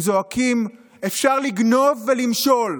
הם זועקים: אפשר לגנוב ולמשול,